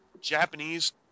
Japanese